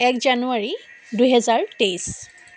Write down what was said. এক জানুৱাৰী দুহেজাৰ তেইছ